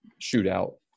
shootout